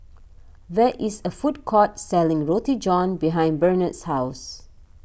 there is a food court selling Roti John behind Barnard's house